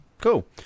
Cool